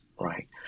right